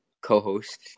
co-host